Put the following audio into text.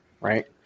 Right